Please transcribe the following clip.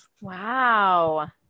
Wow